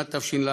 שנת תש"ל.